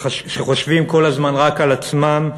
שחושבים כל הזמן רק על עצמם,